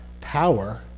power